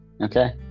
okay